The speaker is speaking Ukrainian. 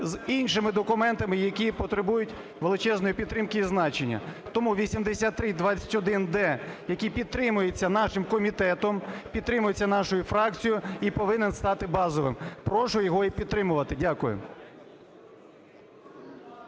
з іншими документами, які потребують величезної підтримки і значення. Тому 8321-д, який підтримується нашим комітетом, підтримується нашою фракцією, і повинен стати базовим. Прошу його і підтримувати. Дякую.